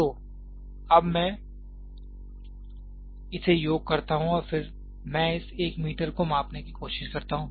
तो अब मैं इसे योग करता हूं और फिर मैं इस 1 मीटर को मापने की कोशिश करता हूं